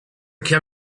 can